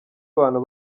abantu